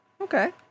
Okay